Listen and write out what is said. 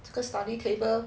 这个 study table